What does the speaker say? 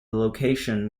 location